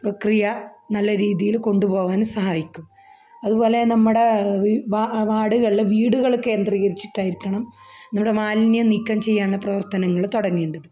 പ്രക്രിയ നല്ലരീതിയില് കൊണ്ടുപോകാന് സഹായിക്കും അതുപോലെ നമ്മുടെ വീ വാ വാര്ഡുകളില് വീടുകള് കേന്ദ്രീകരിച്ചിട്ടായിരിക്കണം നമ്മുടെ മാലിന്യം നീക്കംചെയ്യാനുള്ള പ്രവർത്തനങ്ങള് തുടങ്ങേണ്ടത്